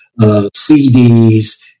CDs